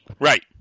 right